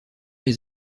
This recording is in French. les